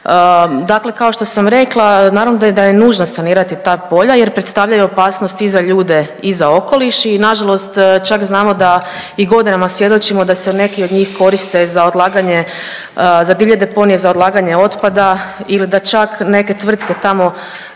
Dakle kao što sam rekla, naravno da je nužno sanirati ta polja jer predstavljaju opasnost i za ljude i za okoliš i nažalost čak znamo da i godinama svjedočimo da se nekih od njih koriste za odlaganje, za divlje deponije za odlaganje otpada ili da čak neke tvrtke tamo